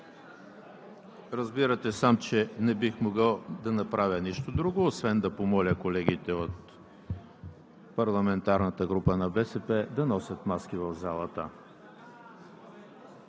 Разбирате сам, че не бих могъл да направя нищо друго, освен да помоля колегите от парламентарната група на БСП да носят маски в залата.